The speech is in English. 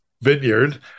Vineyard